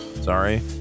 sorry